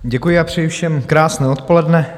Děkuji a přeji všem krásné odpoledne.